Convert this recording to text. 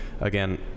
again